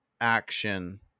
action